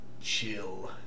chill